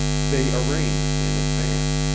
they arranged in advance,